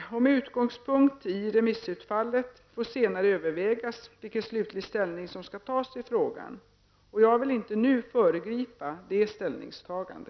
Med utgångspunkt i remissutfallet får senare övervägas vilken slutlig ställning som skall tas i frågan. Jag vill inte nu föregripa detta ställningstagande.